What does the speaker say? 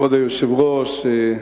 כבוד היושב-ראש,